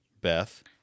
Beth